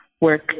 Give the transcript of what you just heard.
work